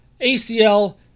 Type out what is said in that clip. ACL